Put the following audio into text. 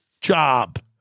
job